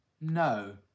No